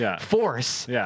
force